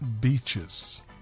beaches